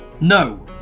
No